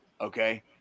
okay